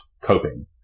coping